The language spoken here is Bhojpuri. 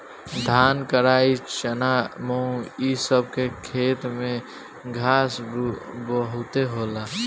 धान, कराई, चना, मुंग इ सब के खेत में घास बहुते होला